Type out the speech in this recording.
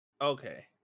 Okay